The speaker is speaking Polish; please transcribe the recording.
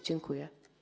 Dziękuję.